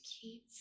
keep